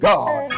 God